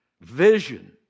vision